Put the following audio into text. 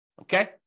Okay